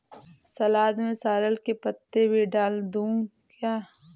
सलाद में सॉरेल के पत्ते भी डाल दूं क्या?